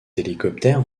hélicoptère